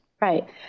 Right